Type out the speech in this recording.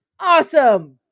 Awesome